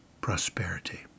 prosperity